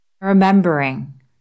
Remembering